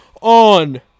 on